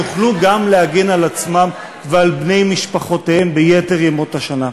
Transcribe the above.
יוכלו גם להגן על עצמם ועל בני משפחותיהם ביתר ימות השנה.